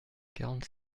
quarante